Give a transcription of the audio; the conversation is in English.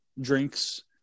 drinks